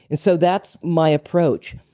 and so, that's my approach.